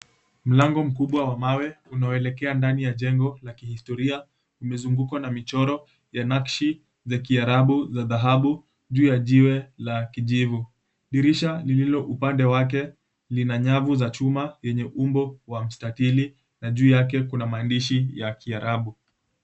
Mlango mkubwa wa mawe unaoelekea ndani ya jengo la kihistoria limezungukwa na michoro ya nakshi za kiarabu za dhahabu juu ya jiwe la kijivu. Dirisha lililo upande wake lina nyavu za chuma yenye umbo wa mstatili na juu yake kuna maandishi ya kiarabu.